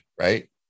right